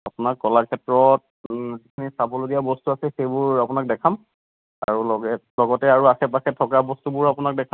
আপোনাক কলাক্ষেত্ৰত যিমানখিনি চাবলগীয়া বস্তু আছে সেইবোৰ আপোনাক দেখাম আৰু লগতে লগতে আৰু আশে পাশে থকা বস্তুবোৰো আপোনাক দেখাম